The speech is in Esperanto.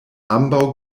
ambaŭ